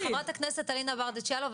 חבר הכנסת אלינה ברדץ' יאלוב,